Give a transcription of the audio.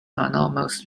almost